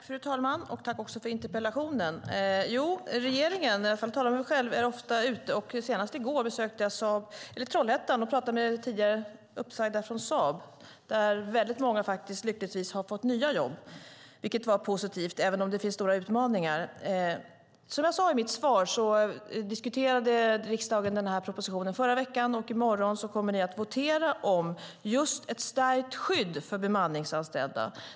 Fru talman! Jag tackar Jonas Sjöstedt för interpellationen. Regeringen är ofta ute. Senast i går besökte jag Trollhättan och pratade med tidigare uppsagda från Saab, och många har lyckligtvis fått nya jobb. Det är positivt, även om det finns stora utmaningar. Som jag sade i mitt svar diskuterade riksdagen propositionen i förra veckan, och i morgon kommer ni att votera om ett stärkt skydd för bemanningsanställda.